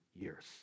years